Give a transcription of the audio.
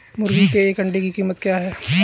मुर्गी के एक अंडे की कीमत क्या है?